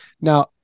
now